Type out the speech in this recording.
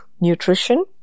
nutrition